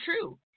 true